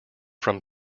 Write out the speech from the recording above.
from